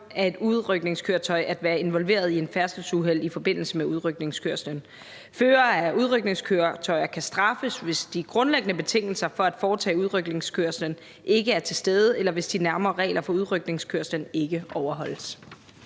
af et udrykningskøretøj at være involveret i et færdselsuheld i forbindelse med udrykningskørslen. Førere af udrykningskøretøjer kan straffes, hvis de grundlæggende betingelser for at foretage udrykningskørslen ikke er til stede, eller hvis de nærmere regler for udrykningskørslen ikke overholdes.